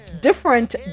different